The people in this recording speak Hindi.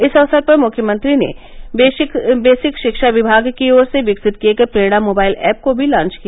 इस अवसर पर मुख्यमंत्री ने देसिक शिक्षा विभाग की ओर से विकसित किये गये प्रेरणा मोबाइल ऐप को भी लॉच किया